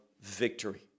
victory